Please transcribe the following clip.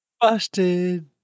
Busted